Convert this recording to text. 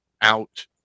out